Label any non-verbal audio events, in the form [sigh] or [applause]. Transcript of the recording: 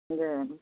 [unintelligible]